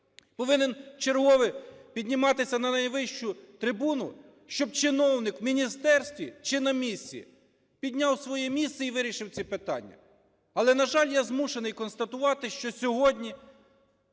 повинен вчергове підніматися на найвищу трибуну, щоб чиновник в міністерстві чи на місці підняв свої місце і вирішив це питання. Але, на жаль, я змушений констатувати, що сьогодні